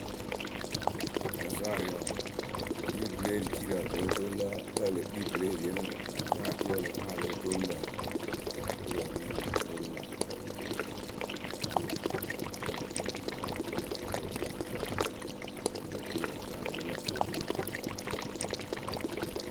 Razwarɩyǝ wǝǝ, wɨ ri bɨlericiirǝ lóo toŋ lǝ kǝ́ e le kpii bɨleriyǝ we rɨ razwarɩ ǝkǝ ǝ lǝ fɨ a lóo toolu lǝ̈ galakurǝ mɨ ŋ toolu lä afɛɛyǝ we kɨtɨŋkǝ ya cɩɩ o toolu lä wɛlɛŋrǝ mɨ anyɩŋkǝ sa lo gurǝ sa lǝ ǝ yǝ kɩɩkɩ mɨ akɔnɩkɔnɩtuyǝ oturu razwarɩ wǝ́ ǝ lǝh fɨ o toolu lä wɛ.